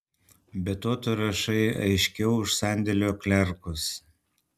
be to tu rašai aiškiau už sandėlio klerkus